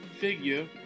figure